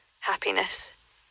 happiness